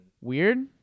Weird